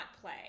play